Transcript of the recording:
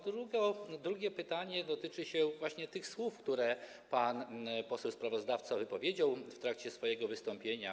Drugie pytanie dotyczy właśnie tych słów, które pan poseł sprawozdawca wypowiedział w trakcie swojego wystąpienia.